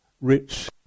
rich